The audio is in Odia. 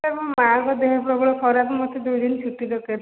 ସାର୍ ମୋ ମାଆଙ୍କ ଦେହ ପ୍ରବଳ ଖରାପ ମୋତେ ଦୁଇ ଦିନ ଛୁଟି ଦରକାର ଥିଲା